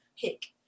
pick